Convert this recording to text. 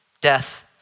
death